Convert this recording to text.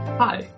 Hi